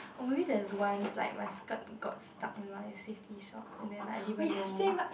or maybe there's once like my skirt got stuck in my safety shorts and then I didn't even know